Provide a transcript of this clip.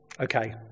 Okay